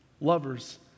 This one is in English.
lovers